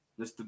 Mr